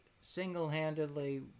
single-handedly